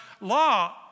law